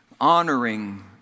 honoring